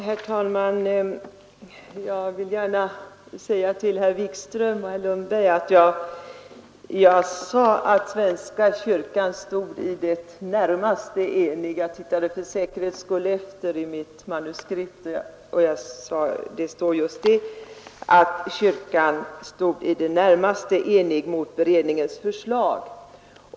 Herr talman! Jag är angelägen att framhålla för herr Wikström och herr Lundberg att jag sade att svenska kyrkan står i det närmaste enig. Jag tittade för säkerhets skull efter i mitt manuskript och där står att kyrkan står i det närmaste enig mot beredningens förslag.